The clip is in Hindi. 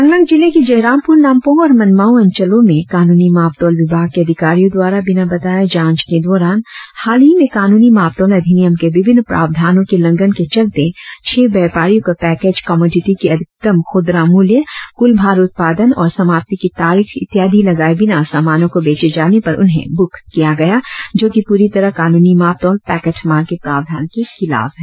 चांगलांग जिले के जयरामपुर नामपोंग और मानमाओ अंचलों में कानूनी माप तौल विभाग के अधिकारियों द्वारा बिना बताए जांच के दौरान हाल ही में कानूनी मापतौल अधिनियम के विभिन्न प्रावधानों के उल्लंघन के चलते छ व्यापारियों को पैकेज कमोडिटी की अधिकतम खुदरा मूल्य कुल भार उत्पादन और समाप्ति की तारीख इत्यादी लगाए बिना सामानों को बेचे जाने पर उन्हें बूक्क किया गया जो कि पूरी तरह कानूनी मापतौल पैकेट माल के प्रावधान के खिलाफ है